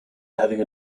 having